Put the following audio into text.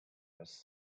has